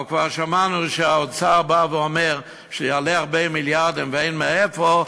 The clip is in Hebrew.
אבל כבר שמענו שהאוצר בא ואומר שזה יעלה הרבה מיליארדים ואין מאיפה,